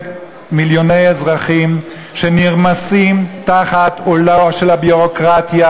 מיליוני אזרחים שנרמסים תחת עולה של הביורוקרטיה,